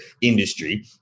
industry